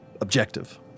objective